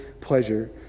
pleasure